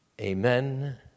Amen